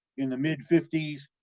in the mid fifty s. ah,